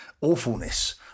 awfulness